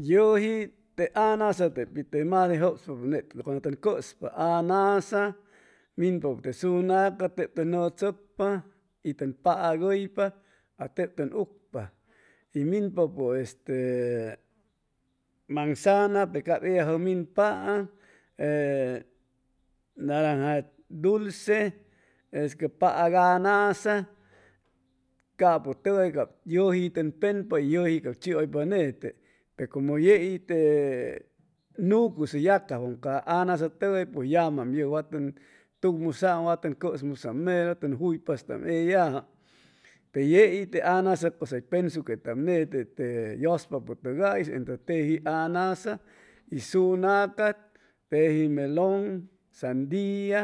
Yuji te anasa teb te mi mas de jubpa cuando te cuspa anasa mijpa te shunaca teb te nuu tsucpa y tun paac uypa a teb tun ucpa y min papu este manzana pe cab juga min paam e naranja dulce esque paac anasa capu tugay pues llama'am yey ya way tucmusaan ya way cusmusan meru tun juypastaan ellaju pe yeiy te anasa pues uy pensucpa nete te uy yusucpapu tugay y tejl anasa y sunaca teji melon teji sandia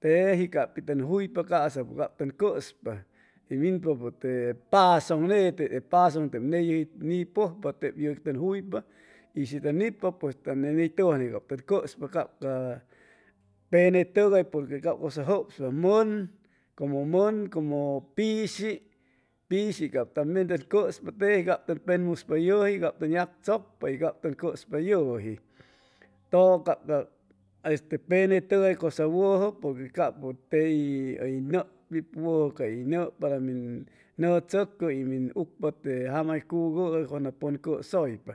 teji capi juypa casa tus cuspa y minpapu te pasun nete te pasun teb yuji nipujpa teb yuji tun juypa y shi tun nipa pues nen y tuwan is cuspa tey tambien tun punuspa yuji cap tun yactsucpa y cab tun cuspa yuji tudu cab ca este penetugay cusa wuju purque capu tey uy nuu p' wuju cay nuu para min nuu tsucu minucpa te jamay cuy uga cuando pun cusuypa.